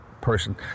person